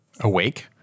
awake